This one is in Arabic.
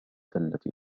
التي